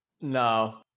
No